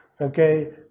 okay